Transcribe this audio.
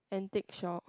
antique shop